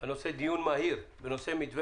העל סדר-היום דיון מהיר בנושא: מתווה